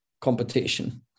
competition